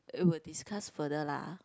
I will discuss further lah